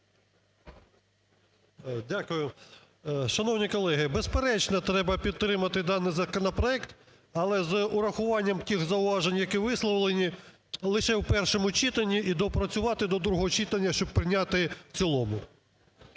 Дякую. Шановні колеги, безперечно, треба підтримати даний законопроект, але з урахуванням тих зауважень, які висловлені, лише в першому читанні, і доопрацювати до другого читання, щоб прийняти в цілому.